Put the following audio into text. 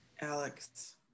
Alex